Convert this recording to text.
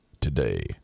today